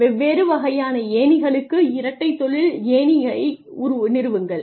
வெவ்வேறு வகையான ஏணிகளுக்கு இரட்டை தொழில் ஏணிகளை நிறுவுங்கள்